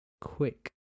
quick